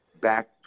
Back